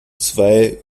zwei